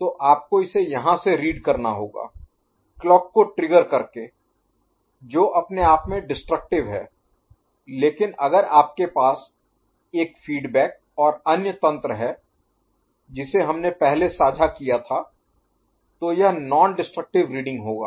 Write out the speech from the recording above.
तो आपको इसे यहां से रीड करना होगा क्लॉक को ट्रिगर करके जो अपने आप में डिसट्रक्टिव Destructive विनाशकारी है लेकिन अगर आपके पास एक फीडबैक और अन्य तंत्र है जिसे हमने पहले साझा किया था तो यह नॉन डिसट्रक्टिव Non Destructive गैर विनाशकारी रीडिंग होगा